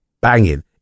banging